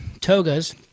togas